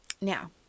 Now